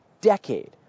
decade